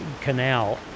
canal